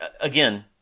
again